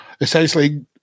essentially